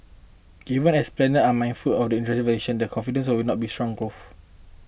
even as planners are mindful of the industry's volatility the confidence will not be strong growth